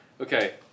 Okay